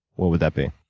what would that be?